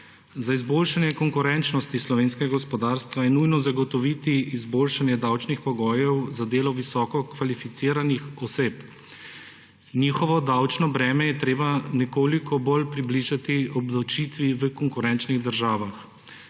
Za izboljšanje konkurenčnosti slovenskega gospodarstva je nujno zagotoviti izboljšanje davčnih pogojev za delo visoko kvalificiranih oseb. Njihovo davčno breme je treba nekoliko bolj približati obdavčitvi v konkurenčnih državah.